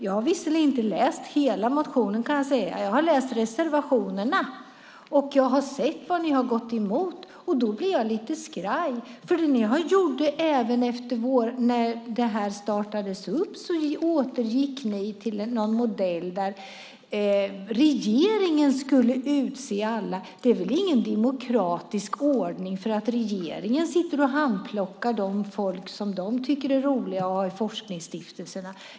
Jag har visserligen, kan jag säga, inte läst hela motionen, men jag har läst reservationerna och sett vad ni har gått emot. Jag blir lite skraj. Även när det här startades upp återgick ni till en modell innebärande att regeringen skulle utse alla. Men det är väl inte en demokratisk ordning bara för att regeringen handplockar personer som man tycker att det är roligt att ha i forskningsstiftelserna.